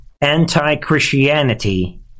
anti-Christianity